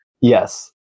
Yes